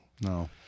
No